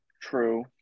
true